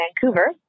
Vancouver